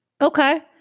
Okay